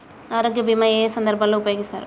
ఆరోగ్య బీమా ఏ ఏ సందర్భంలో ఉపయోగిస్తారు?